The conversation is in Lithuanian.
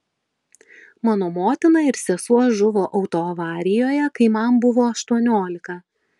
mano motina ir sesuo žuvo autoavarijoje kai man buvo aštuoniolika